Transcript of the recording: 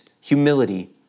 humility